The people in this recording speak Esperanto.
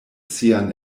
sian